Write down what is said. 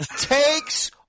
takes